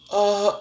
uh